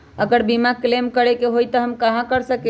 अगर बीमा क्लेम करे के होई त हम कहा कर सकेली?